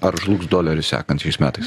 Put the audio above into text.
ar žlugs doleris sekančiais metais